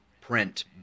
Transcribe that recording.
print